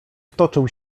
wtoczył